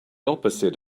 opposite